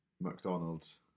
McDonald's